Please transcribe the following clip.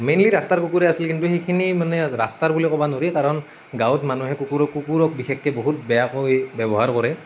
mainly ৰাস্তাৰ কুকুৰে আছিলে কিন্তু সেইখিনি মানে ৰাস্তাৰ বুলি ক'ব নোৱাৰি কাৰণ গাঁৱত মানুহে কুকুৰক কুকুৰক বিশেষকৈ বহুত বেয়াকৈ ব্যৱহাৰ কৰে